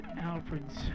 Alfred's